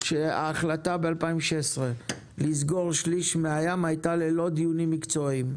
שההחלטה ב-2016 לסגור שליש מן הים הייתה ללא דיונים מקצועיים.